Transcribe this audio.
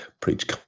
preach